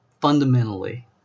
fundamentally